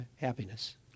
happiness